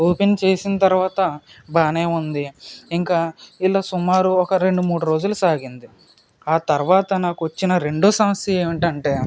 open చేసిన తర్వాత బాగానే ఉంది ఇంకా ఇలా సుమారు ఒక రెండు మూడు రోజులు సాగింది ఆ తర్వాత నాకు వచ్చిన రెండో సమస్య ఏమిటంటే